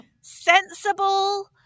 sensible